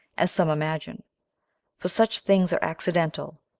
as some imagine for such things are accidental,